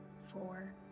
four